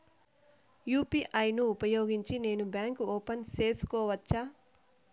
UPI ను ఉపయోగించి నేను బ్యాంకు ఓపెన్ సేసుకోవచ్చా?